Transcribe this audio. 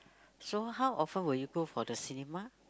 so how often will you go for the cinema